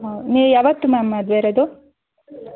ಹಾಂ ನೀವು ಯಾವತ್ತು ಮ್ಯಾಮ್ ಮದುವೆ ಇರೋದು